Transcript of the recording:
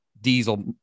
diesel